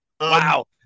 Wow